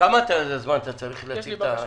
כמה זמן אתה צריך להציג את זה?